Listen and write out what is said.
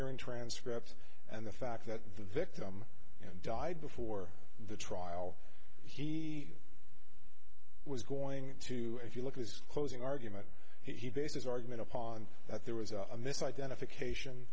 hearing transcript and the fact that the victim died before the trial he was going to if you look at his closing argument he based his argument upon that there was a miss identification